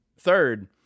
third